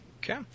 Okay